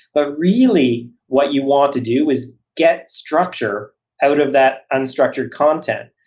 but really what you want to do is get structure out of that unstructured content.